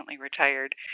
retired